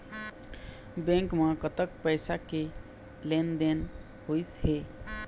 Bank म कतक पैसा के लेन देन होइस हे?